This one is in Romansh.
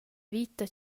vita